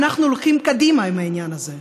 ואנחנו הולכים קדימה עם העניין הזה,